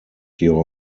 your